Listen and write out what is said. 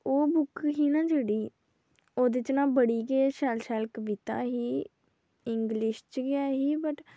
ओह् बुक ही न जेह्ड़ी ओह्दे च न बड़ी गै शैल शैल कविता ही इंगलिश च गै ऐ ही बट